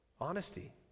honesty